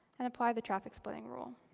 and apply the traffic splitting rule.